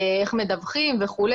איך מדווחים וכו',